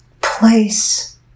place